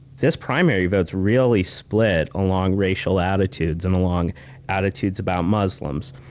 this primary vote's really split along racial attitudes, and along attitudes about muslims.